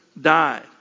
died